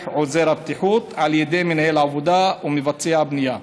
עוזר הבטיחות על ידי מנהל העבודה ומבצע הבנייה.